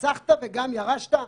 הרצחת וגם ירשת?